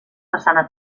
façana